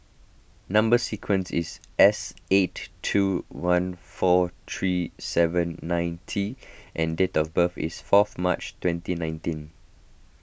Number Sequence is S eight two one four three seven nine T and date of birth is fourth March twenty nineteen